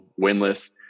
winless